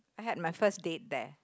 I had my first date there